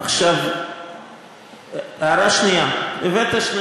הערה שנייה, הבאת שני